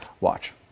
watch